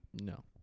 No